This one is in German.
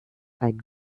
ein